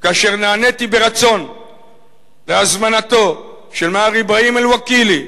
כאשר נעניתי ברצון להזמנתו של מר אברהים אל-וקילי,